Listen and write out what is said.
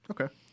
Okay